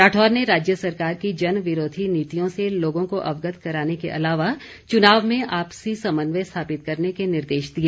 राठौर ने राज्य सरकार की जन विरोधी नीतियों से लोगों को अवगत कराने के अलावा चुनाव में आपसी समन्वय स्थापित करने के निर्देश दिए